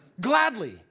Gladly